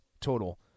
total